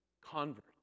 convert